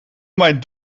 mijn